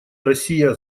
россия